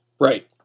Right